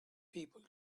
people